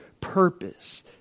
purpose